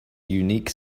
unique